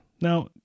Now